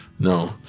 No